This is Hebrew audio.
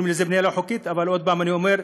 קוראים לזה בנייה לא חוקית, אבל עוד פעם אני אומר: